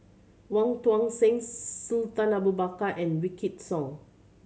Wong Tuang Seng Sultan Abu Bakar and Wykidd Song